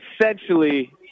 essentially